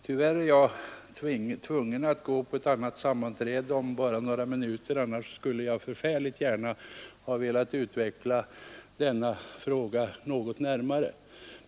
Tyvärr är jag tvungen att gå till ett sammanträde om några minuter, i annat fall skulle jag mycket gärna ha velat utveckla denna fråga mera ingående.